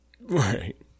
right